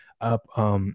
up